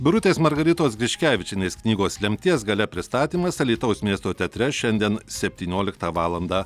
birutės margaritos griškevičienės knygos lemties galia pristatymas alytaus miesto teatre šiandien septynioliktą valandą